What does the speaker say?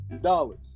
dollars